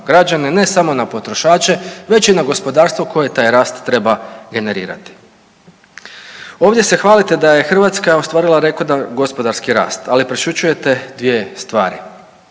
građane, ne samo na potrošače već i na gospodarstvo koje taj rast treba generirati. Ovdje se hvalite da je Hrvatska ostvarila rekordan gospodarski rast, ali prešućujete dvije stvari.